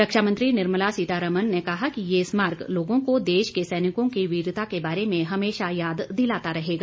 रक्षा मंत्री निर्मला सीतारमण ने कहा कि ये स्मारक लोगों को देश के सैनिकों की वीरता के बारे में हमेशा याद दिलाता रहेगा